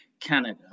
Canada